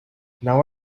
now